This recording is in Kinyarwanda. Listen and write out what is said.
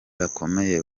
bakomeye